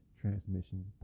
transmission